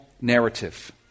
narrative